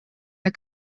the